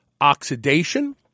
oxidation